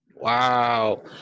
Wow